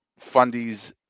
fundies